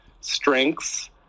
strengths